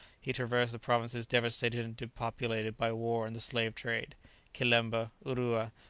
he traversed the provinces devastated and depopulated by war and the slave-trade kilemba, urua,